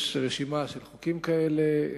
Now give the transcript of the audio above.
יש רשימה של חוקים כאלה,